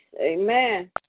Amen